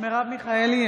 מרב מיכאלי,